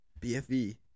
BFE